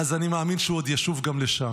אז אני מאמין שהוא עוד ישוב גם לשם.